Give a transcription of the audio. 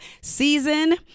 season